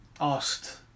asked